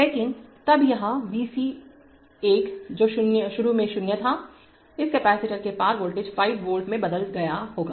लेकिन तब यह V c 1 जो शुरू में 0 था इस कपैसिटर के पार वोल्टेज 5 वोल्ट में बदल गया होगा